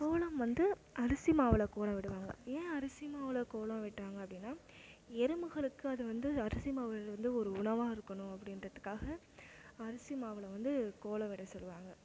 கோலம் வந்து அரிசி மாவில் கோலம் விடுவாங்க ஏன் அரிசி மாவில் கோலம் விட்டாங்க அப்படின்னா எறும்புகளுக்கு அது வந்து அரிசி மாவு வந்து ஒரு உணவாக இருக்கணும் அப்படின்றத்துக்காக அரிசி மாவில் வந்து கோலம் விட சொல்லுவாங்க